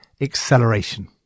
Acceleration